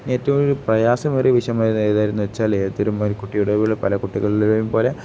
ഏറ്റവും ഒരു പ്രയാസമേറിയ വിഷയമായി ഏതായിരുന്നു വെച്ചാൽ ഏതൊരു പല കുട്ടികളിലെയും പോലെ